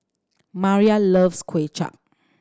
Mariah loves Kuay Chap